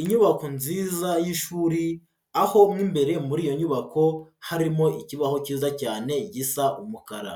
Inyubako nziza y'ishuri aho mimbere muri iyo nyubako harimo icyibaho cyiza cyane gisa umukara